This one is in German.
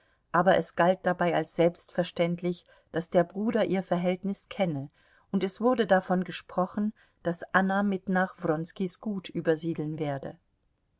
aber es galt dabei als selbstverständlich daß der bruder ihr verhältnis kenne und es wurde davon gesprochen daß anna mit nach wronskis gut übersiedeln werde